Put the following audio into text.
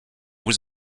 was